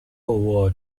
透过